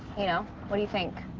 you know, what do you think?